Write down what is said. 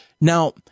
Now